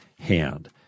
hand